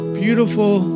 beautiful